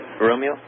Romeo